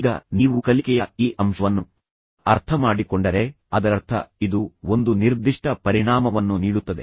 ಈಗ ನೀವು ಕಲಿಕೆಯ ಈ ಅಂಶವನ್ನು ಅರ್ಥಮಾಡಿಕೊಂಡರೆ ಅದರರ್ಥ ಇದು ಒಂದು ನಿರ್ದಿಷ್ಟ ಪರಿಣಾಮವನ್ನು ನೀಡುತ್ತದೆ